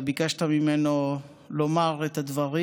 אתה ביקשת ממנו לומר את הדברים,